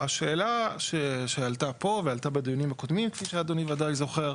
השאלה שעלתה פה ועלתה בדיונים הקודמים כפי שאדוני ודאי זוכר,